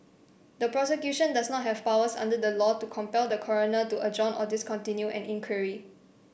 the Prosecution does not have powers under the law to compel the Coroner to adjourn or discontinue an inquiry